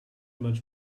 much